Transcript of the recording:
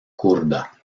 kurda